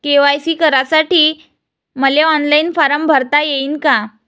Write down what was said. KYC करासाठी मले online form भरता येईन का?